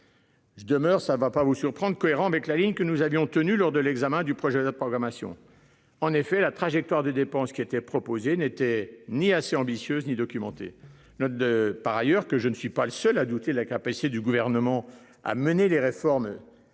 Je demeure, ça ne va pas vous surprendre cohérent avec la ligne que nous avions tenu lors de l'examen du projet de programmation en effet la trajectoire des dépenses qui étaient proposés n'était ni assez ambitieuse ni documenté note de par ailleurs que je ne suis pas le seul à douter de la capacité du gouvernement à mener les réformes.